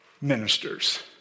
ministers